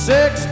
Six